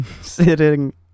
sitting